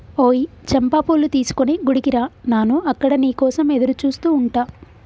ఓయ్ చంపా పూలు తీసుకొని గుడికి రా నాను అక్కడ నీ కోసం ఎదురుచూస్తు ఉంటా